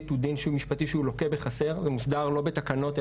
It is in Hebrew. הוא דין שהוא לוקה בחסר ומוסדר לא בתקנות,